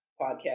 podcast